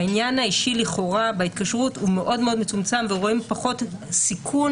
העניין האישי לכאורה בהתקשרות הוא מאוד מאוד מצומצם ורואים פחות סיכון